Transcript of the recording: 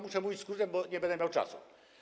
Muszę mówić skrótem, bo nie będę miał czasu.